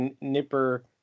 Nipper